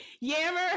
Yammer